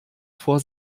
vor